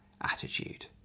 attitude